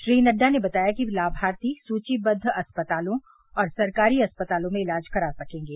श्री नड्डा ने बताया कि लाभार्थी सूचीबद्द अस्पतालों और सरकारी अस्पतालों में इलाज करा सकेंगे